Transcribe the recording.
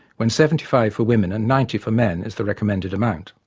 when seventy five for women and ninety for men is the recommended amount.